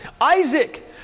Isaac